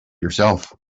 yourself